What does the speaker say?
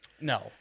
No